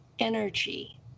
energy